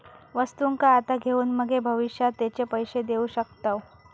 वस्तुंका आता घेऊन मगे भविष्यात तेचे पैशे देऊ शकताव